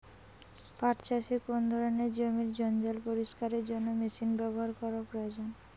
পাট চাষে কোন ধরনের জমির জঞ্জাল পরিষ্কারের জন্য মেশিন ব্যবহার করা প্রয়োজন?